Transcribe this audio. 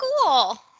cool